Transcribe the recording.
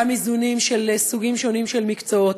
גם איזונים של סוגים שונים של מקצועות,